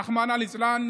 רחמנא ליצלן,